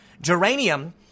geranium